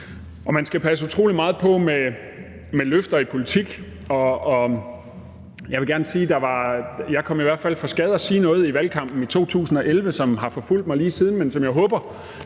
Man skal passe utrolig meget på med løfter i politik, og jeg vil gerne sige, at jeg i hvert fald kom for skade at sige noget i valgkampen i 2011, som har forfulgt mig lige siden, men som jeg håber